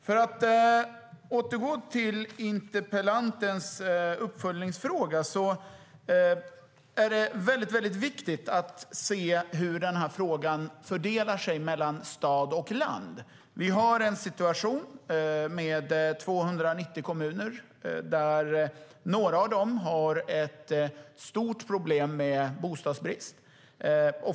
Jag ska återgå till interpellantens uppföljningsfråga. Det är väldigt viktigt att se hur den här frågan fördelar sig mellan stad och land. Vi har en situation där några av landets 290 kommuner har ett stort problem med bostadsbrist.